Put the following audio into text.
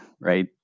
right